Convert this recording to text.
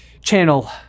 channel